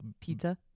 Pizza